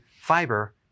fiber